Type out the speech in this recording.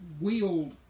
wield